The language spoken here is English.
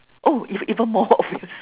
oh if even more obvious